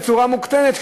בצורה מוקטנת,